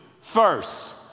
first